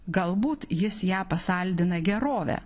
galbūt jis ją pasaldina gerove